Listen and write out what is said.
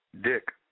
dick